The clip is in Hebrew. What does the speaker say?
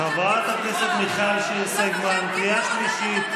חברת הכנסת מיכל שיר סגמן, קריאה שלישית.